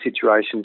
situations